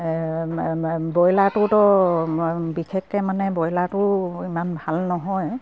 ব্ৰইলাৰটোতো বিশেষকে মানে ব্ৰইলাৰটো ইমান ভাল নহয়